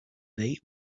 they